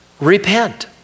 Repent